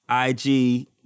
IG